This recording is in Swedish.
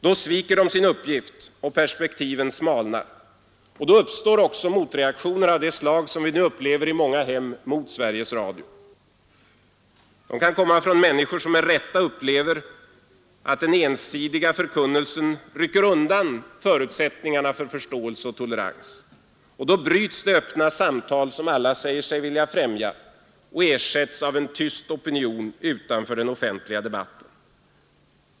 Då sviker man sin uppgift och perspektiven smalnar. Då uppstår också motreaktioner av det slag som vi nu upplever i många hem mot Sveriges Radio. De kan komma från människor som med rätta upplever att denna ensidiga förkunnelse rycker undan förutsättningarna för förståelse och tolerans. Då bryts det öppna samtal alla säger sig vilja främja och ersätts av en tyst opinion utanför den offentliga debatten.